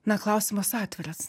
na klausimas atviras